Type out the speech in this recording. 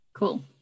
cool